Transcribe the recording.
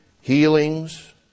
healings